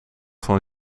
van